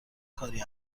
کاری